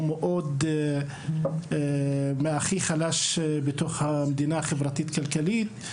מאוד חלש בתוך המדינה החברתית-כלכלית.